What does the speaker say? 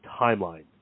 timeline